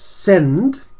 Send